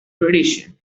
tradition